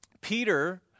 Peter